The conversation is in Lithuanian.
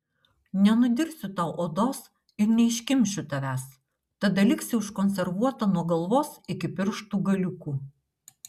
nenudirsiu tau odos ir neiškimšiu tavęs tada liksi užkonservuota nuo galvos iki pirštų galiukų